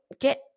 get